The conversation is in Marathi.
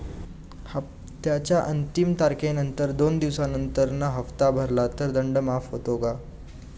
हप्त्याच्या अंतिम तारखेनंतर दोन दिवसानंतर हप्ता भरला तर दंड माफ होतो का?